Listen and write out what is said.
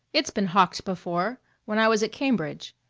it's been hocked before when i was at cambridge.